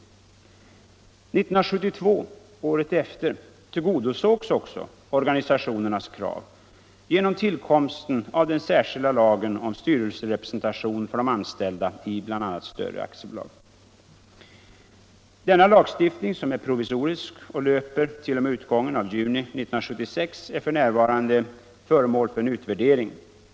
Året efter — 1972 — tillgodosågs också organisationernas krav genom tillkomsten av den särskilda lagen om styrelserepresentation för de anställda i bl.a. större aktiebolag. Denna lagstiftning, som är provisorisk och löper t.o.m. utgången av juni 1976, är f.n. föremål för en utvärdering.